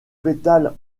pétales